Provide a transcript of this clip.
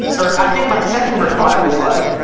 or, i think my second reply was like,